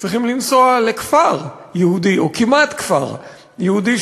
צריכים לנסוע לכפר יהודי או כמעט כפר יהודי,